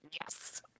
yes